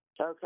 Okay